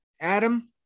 adam